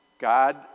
God